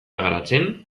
garatzen